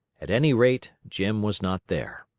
at any rate, jim was not there.